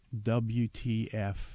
WTF